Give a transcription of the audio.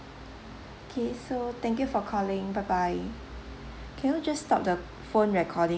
K so thank you for calling bye bye can you just stop the phone recording